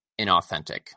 inauthentic